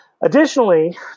Additionally